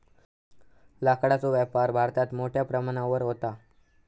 लाकडाचो व्यापार भारतात मोठ्या प्रमाणावर व्हता